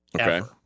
Okay